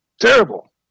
Terrible